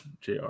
JR